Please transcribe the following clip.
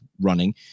running